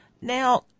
Now